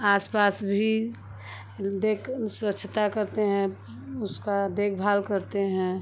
आसपास भी देख स्वच्छता करते हैं उसकी देख़भाल करते हैं